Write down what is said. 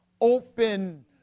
open